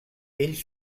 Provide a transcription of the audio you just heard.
ell